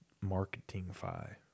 marketing-fi